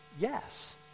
Yes